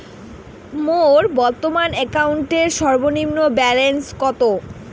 মোর বর্তমান অ্যাকাউন্টের সর্বনিম্ন ব্যালেন্স কত?